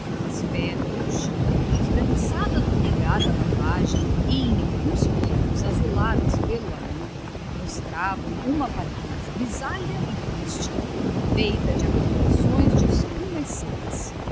as pedras do chão esbranquiçadas no lugar da lavagem e em alguns pontos azuladas pelo anil mostravam uma palidez grisalha e triste feita de acumulações de espumas secas